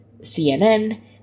CNN